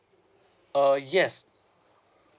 uh yes